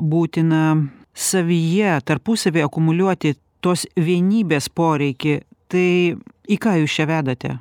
būtina savyje tarpusavy akumuliuoti tos vienybės poreikį tai į ką jūs čia vedate